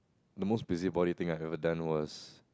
the most busybody thing I've ever done was